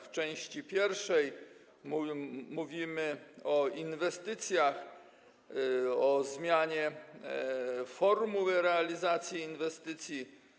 W części pierwszej mówimy o inwestycjach, o zmianie formuły realizacji inwestycji.